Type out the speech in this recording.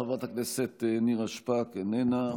חברת הכנסת נירה שפק, איננה.